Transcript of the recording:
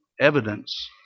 evidence